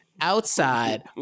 outside